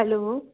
hello